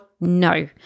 no